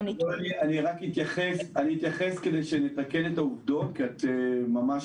אתייחס כדי לתקן את העובדות כי את ממש